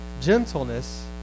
Gentleness